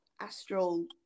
astral